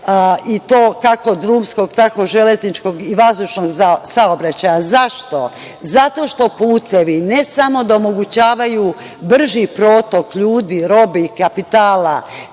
i to kako drumskog, tako železničkog i vazdušnog saobraćaja. Zašto? Zato što putevi ne samo da omogućavaju brži protok ljudi, robe i kapitala,